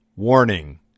Warning